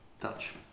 Dutch